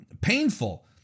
painful